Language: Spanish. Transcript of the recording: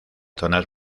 zonas